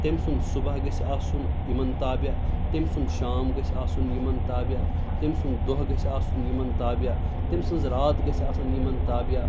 تٔمۍ سُنٛد صبح گَژھہِ آسُن یِمَن تابع تٔمۍ سُںٛد شام گَژھہِ آسُن یِمَن تابع تٔمی سُنٛد دۅہ گَژھہِ آسُن یِمن تابع تٔمۍ سٕنٛز رات گَژھہِ آسٕنۍ یِمَن تابع